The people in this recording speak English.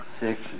six